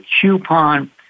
coupon